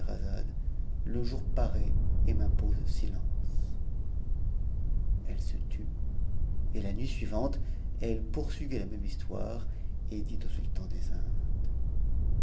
le jour paraît et m'impose silence h se tut et la nuit suivante elle pnnt'suivit tn même histc dit sultan les tnd